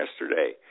yesterday